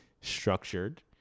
structured